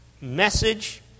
message